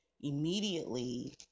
immediately